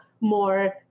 more